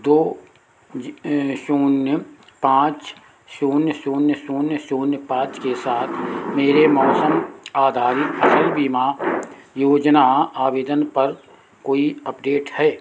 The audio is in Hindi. दो ज शून्य पाँच शून्य शून्य शून्य शून्य पाँच के साथ मेरे मौसम आधारित फसल बीमा योजना आवेदन पर कोई अपडेट है